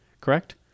correct